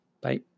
Bye